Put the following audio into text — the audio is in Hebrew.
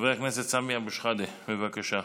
חבר הכנסת סמי אבו שחאדה, בבקשה.